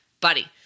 buddy